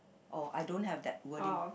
oh I don't have that wording